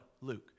Luke